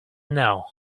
know